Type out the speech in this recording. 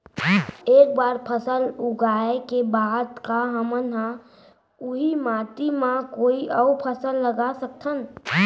एक बार फसल उगाए के बाद का हमन ह, उही माटी मा कोई अऊ फसल उगा सकथन?